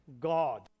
God